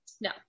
No